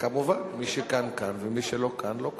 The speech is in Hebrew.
כמובן, מי שכאן כאן ומי שלא כאן לא כאן.